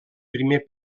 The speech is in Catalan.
primer